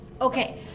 Okay